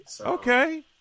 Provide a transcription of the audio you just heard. okay